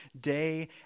day